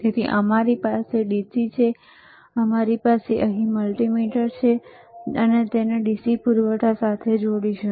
તેથી અમારી પાસે DC છે અમારી પાસે અહીં મલ્ટિમીટર છે અને તે તેને DC વીજ પૂરવઠા સાથે જોડશે